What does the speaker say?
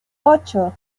ocho